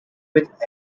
with